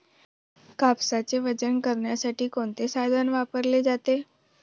कापसाचे वजन करण्यासाठी कोणते साधन वापरले जाते?